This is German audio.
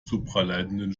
supraleitenden